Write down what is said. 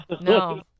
No